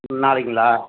நாளைக்குங்களா